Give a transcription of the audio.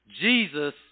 Jesus